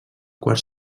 quart